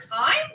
time